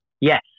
Yes